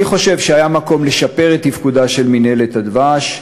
אני חושב שהיה מקום לשפר את תפקודה של מינהלת הדבש,